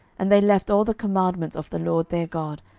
and they left all the commandments of the lord their god,